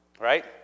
right